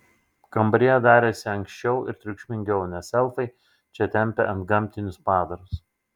kambaryje darėsi ankščiau ir triukšmingiau nes elfai čia tempė antgamtinius padarus